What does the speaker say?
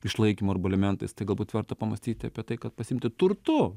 išlaikymo arba alimentais tai galbūt verta pamąstyti apie tai kad pasiimti turtu